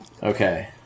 Okay